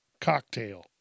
Cocktail